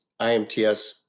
IMTS